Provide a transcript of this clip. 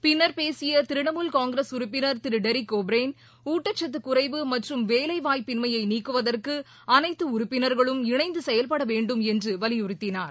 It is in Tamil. பின்னர் பேசிய திரிணாமுல் காங்கிரஸ் உறுப்பினர் திரு டெரிக் ஒபிரைன் ஊட்டச்சத்து குறைவு மற்றும் வேலைவாய்ப்பின்மயை நீக்குவதற்கு அனைத்து உறுப்பினர்களும் இணைந்து செயல்பட வேண்டும் என்று வலியுறுத்தினார்